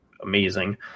Amazing